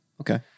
Okay